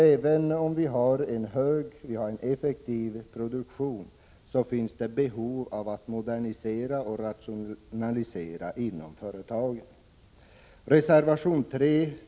Även om vi har en effektiv och hög produktion, finns det dock behov av modernisering och rationalisering inom företagen.